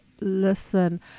listen